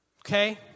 Okay